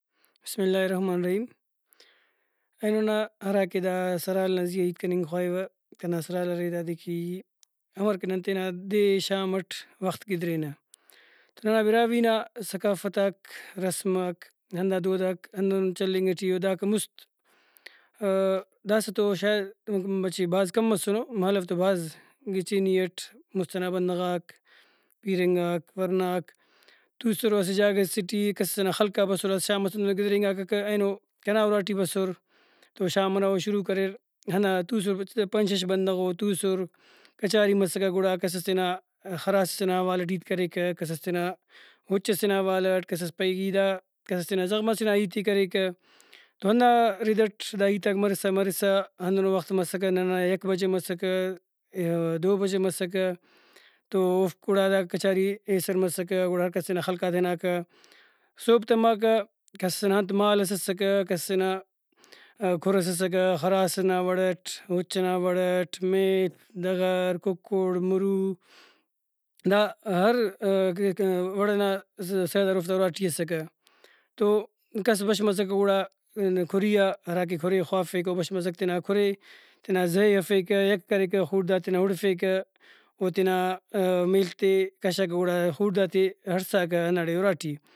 بسم اللہ الرحمن الرحیم اینو نا ہرا کہ دا سرحال نا زیہا ہیت کننگ خواہوہ کنا سرحال ارے دادے کہ ای امر کہ نن تینا دے ئے شام اٹ وخت گدرینہ تو ننا براہوئی نا ثقافتاک رسماک ہندا دوداک ہندن چلینگ ٹی او داکا مُست داسہ تو شاید مچہ بھاز کم مسنو مہالو تو بھاز گچینی اٹ مُست ئنا بندغاک پیرنگاک ورناک توسرہ اسہ جاگہ سے ٹی کس ئنا خلقا بسرہ اسہ شام ئس ہندنو گدرینگاککہ اینو کنا اُراٹی بسر تو شام ئنا او شروع کریر ہندا توسر پنچ شش بندغو توسر کچاری مسکہ گڑا کسس تینا خراس ئسے نا حوالہ اٹ ہیت کریکہ کسس تینا اُچ سے نا حوالہ اٹ کسس پائے ای دا کس تینا زغم سے نا ہیتے کریکہ تو ہندا ردٹ دا ہیتاک مرسامرسا ہندنو وخت مسکہ نن ئنا یک بجہ مسکہ یا دو بجہ مسکہ تو اوفک گڑا دا کچاری ایسر مسکہ گڑا ہر کس تینا خلقاتا ہناکہ۔ صوب تماکہ کس ئنا انت مال ئس اسکہ کس ئنا کھر ئس اسکہ خراس نا وڑٹ اُچ ئنا وڑٹ میل دغر کُکُڑ مُرو دا ہر وڑ ئنا سادار اوفتا اُراٹی اسکہ ۔تو کس بش مسکہ گڑا کُھریئاہراکہ کُھرے خوافیکہ بش مسکہ تینا کُھرے تینا زئے ہرفیکہ یکہ کریکہ خوڑدہ غاتے تینا ہُڑفیکہ او تینا میل تے کشاکہ گڑا خوڑدہ غاتے ہڑساکہ ہنداڑے اُراٹی